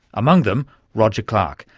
among them roger clarke,